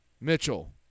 Mitchell